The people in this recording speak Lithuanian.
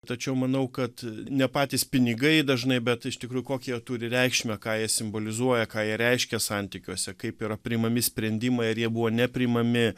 tačiau manau kad ne patys pinigai dažnai bet iš tikrųjų kokią jie turi reikšmę ką jie simbolizuoja ką jie reiškia santykiuose kaip yra priimami sprendimai ar jie buvo nepriimami